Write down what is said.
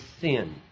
sin